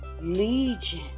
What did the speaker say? legion